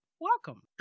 Welcome